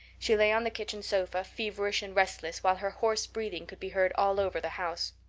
she lay on the kitchen sofa feverish and restless, while her hoarse breathing could be heard all over the house.